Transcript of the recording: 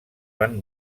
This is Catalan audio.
van